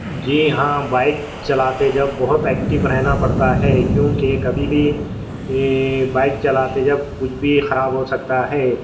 جی ہاں بائک چلاتے جب بہت ایکٹو رہنا پڑتا ہے کیونکہ کبھی بھی بائک چلاتے جب کچھ بھی خراب ہو سکتا ہے